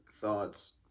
Thoughts